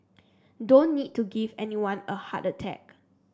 don't need to give anyone a heart attack